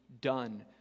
done